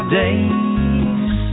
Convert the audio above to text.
days